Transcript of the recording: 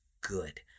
good